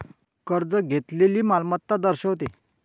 कर्ज घेतलेली मालमत्ता दर्शवते